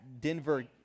Denver